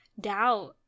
doubt